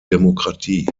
demokratie